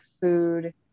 food